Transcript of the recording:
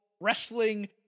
wrestling